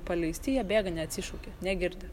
paleisti jie bėga neatsišaukia negirdi